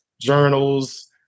journals